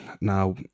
Now